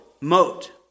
Moat